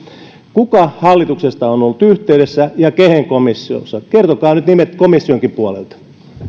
kuka hallituksesta on ollut yhteydessä ja kehen komissiossa kertokaa nyt nimet komissionkin puolelta